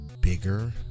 bigger